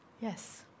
Yes